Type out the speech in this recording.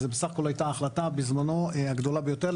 זו בסך הכול הייתה החלטה בזמנו, הגדולה ביותר.